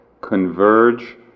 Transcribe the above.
converge